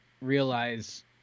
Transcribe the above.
realize